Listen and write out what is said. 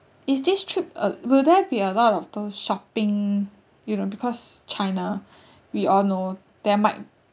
is this trip uh will there be a lot of those shopping you don't because china we all know there might